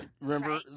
Remember